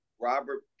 Robert